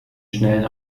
schnellen